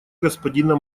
господина